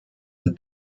the